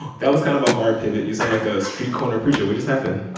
that was kind of a hard pivot. you sound like a street corner preacher. what just happened?